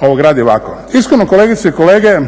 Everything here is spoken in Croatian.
ovo gradi ovako. Iskreno kolegice i kolege